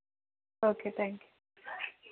okay thank you